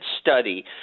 study